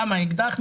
למה אקדח,